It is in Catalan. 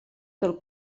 del